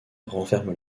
renferme